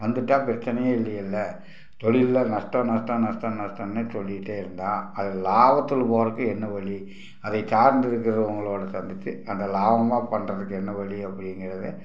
வந்துட்டால் பிரச்சினையே இல்லையில்லை தொழில்ல நஷ்டம் நஷ்டம் நஷ்டம் நஷ்டன்னே சொல்லிகிட்டே இருந்தால் அதை லாபத்தில் போறதுக்கு என்ன வழி அதைச் சார்ந்து இருக்கிறவங்களோட சந்தித்து அந்த லாபமாக பண்ணுறதுக்கு என்ன வழி அப்படிங்கிறத